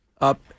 up